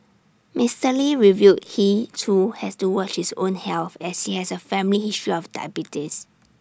Mister lee revealed he too has to watch his own health as he has A family history of diabetes